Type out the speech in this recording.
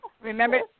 Remember